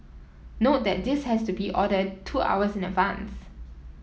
note that this has to be ordered two hours in advance